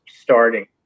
starting